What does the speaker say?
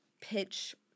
pitch